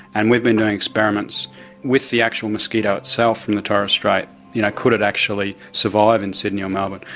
and we've been doing experiments with the actual mosquito itself in the torres strait you know could it actually survive in sydney or melbourne?